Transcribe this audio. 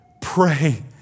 Pray